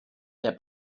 der